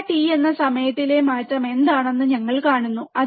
delta t എന്ന സമയത്തിലെ മാറ്റം എന്താണെന്ന് ഞങ്ങൾ കാണുന്നു